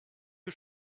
que